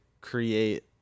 create